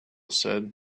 said